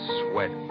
sweat